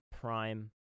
Prime